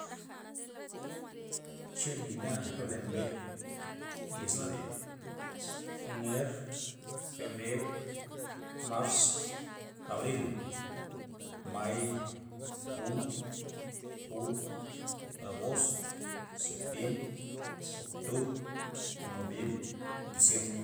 Che nina mbe yezna re'a ener febrer mars abril may jun jul agost septiemr octubr noviem diciem